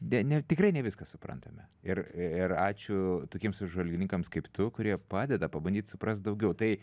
de ne tikrai ne viską suprantame ir ir ačiū tokiems apžvalgininkams kaip tu kurie padeda pabandyt suprast daugiau tai